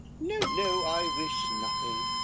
no, no i wish nothing.